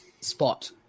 spot